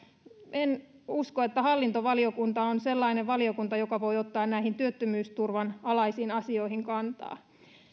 en usko että hallintovaliokunta on sellainen valiokunta joka voi ottaa näihin työttömyysturvan alaisiin asioihin kantaa